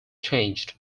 changed